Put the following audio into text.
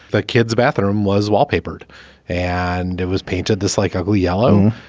the kids bathroom was wallpapered and it was painted this like ugly yellow.